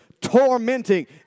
tormenting